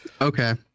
okay